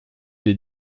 les